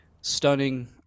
Stunning